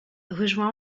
rejoint